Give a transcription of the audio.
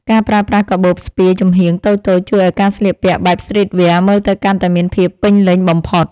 ការប្រើប្រាស់កាបូបស្ពាយចំហៀងតូចៗជួយឱ្យការស្លៀកពាក់បែបស្ទ្រីតវែរមើលទៅកាន់តែមានភាពពេញលេញបំផុត។